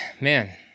man